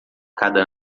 cada